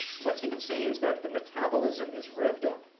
what you can see is that the metabolism is revved up.